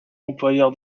employeur